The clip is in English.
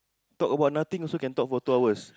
talk about nothing also can talk about two hours